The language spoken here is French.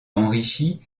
enrichi